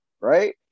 right